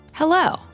Hello